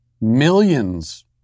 millions